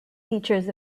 features